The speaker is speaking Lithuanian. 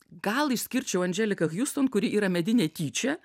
gal išskirčiau andželiką hiuston kuri yra medinė tyčia